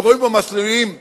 רואים בהם מסלולים פוגעניים,